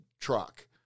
truck